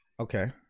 Okay